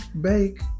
bake